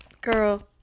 girl